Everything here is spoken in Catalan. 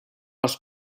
les